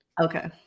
Okay